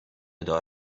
دار